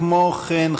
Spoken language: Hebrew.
כמו כן,